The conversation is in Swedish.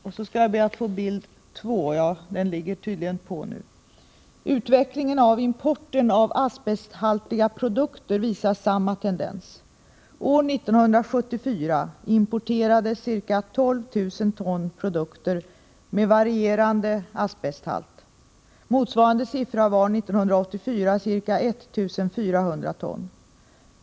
Utvecklingen av importen av asbesthaltiga produkter visar, som framgår av diagram 2, samma tendens. År 1974 importerades ca 12 000 ton produkter med varierande asbesthalt. Motsvarande siffra var 1984 ca 1400 ton.